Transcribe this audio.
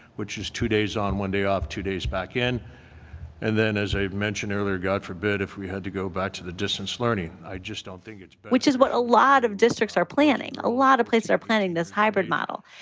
which is two days on, one day off, two days back in and then, as i've mentioned earlier, god forbid, if we had to go back to the distance learning, i just don't think which which is what a lot of districts are planning a lot of places are planning this hybrid model.